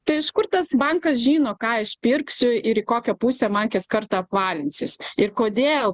tai iš kur tas bankas žino ką aš pirksiu ir į kokią pusę man kas kartą apvalinsis ir kodėl